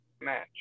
Match